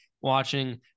watching